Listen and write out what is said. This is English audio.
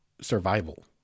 survival